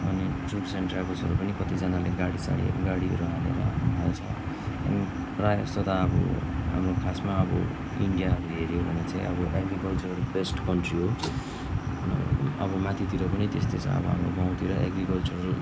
अनि tours and ट्राभल्सहरू पनि कतिजनाले गाडी सारीहरू गाडीहरू हालेर हाल्छ प्राय जस्तो त अब खासमा अब इन्डिया हेऱ्यो भने चाहिँ अब एग्रिकल्च र बेस्ड कन्ट्री हो अब माथितिर पनि त्यस्तै छ हाम्रो गाउँतिर एग्रिकल्चरहरू